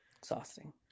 Exhausting